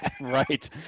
Right